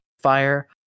fire